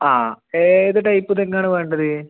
ആ ഏത് ടൈപ്പ് തെങ്ങാണ് വേണ്ടത്